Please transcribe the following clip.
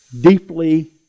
Deeply